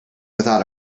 without